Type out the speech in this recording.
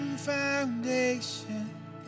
foundation